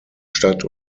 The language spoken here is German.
stadt